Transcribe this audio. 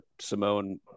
Simone